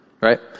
right